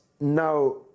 now